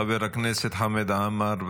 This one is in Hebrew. חבר הכנסת חמד עמאר,